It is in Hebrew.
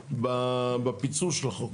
זה ייכנס בפיצול של החוק.